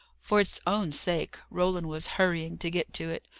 for its own sake, roland was hurrying to get to it,